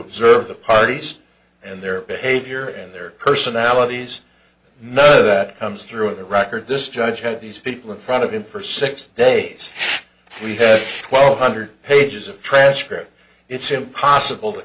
observe the parties and their behavior and their personalities no that comes through the record this judge had these people in front of him for six days we have twelve hundred pages of transcript it's impossible to